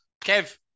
Kev